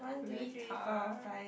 retard